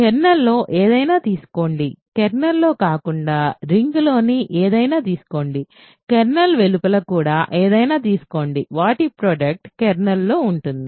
కెర్నల్లో ఏదైనా తీసుకోండి కెర్నల్లో కాకుండా రింగ్లోని ఏదైనా తీసుకోండి కెర్నల్ వెలుపల కూడా ఏదైనా తీసుకోండి వాటి ప్రోడక్ట్ కెర్నల్లో ఉంటుంది